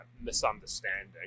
misunderstanding